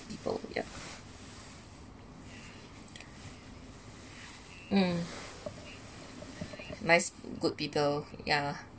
oh ya mm nice good people yeah